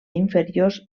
inferiors